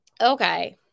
okay